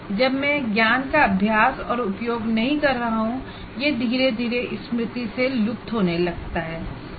जब मैं ज्ञान का अभ्यास और उपयोग नहीं कर रहा हूँ यह धीरे धीरे स्मृति से लुप्त होने लगेगा